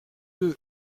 deux